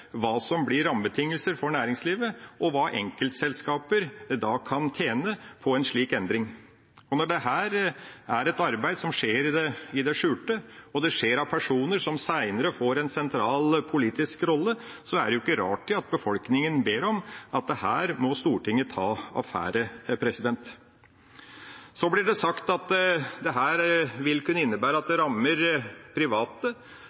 hva som blir rammebetingelsene for næringslivet, og hva enkeltselskap kan tjene på en slik endring. Dette er et arbeid som skjer i det skjulte, og når personer som senere får en sentral politisk rolle, er involvert, er det ikke rart at befolkninga ber om at her må Stortinget ta affære. Så blir det sagt at dette vil kunne innebære at det rammer private.